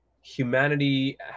humanity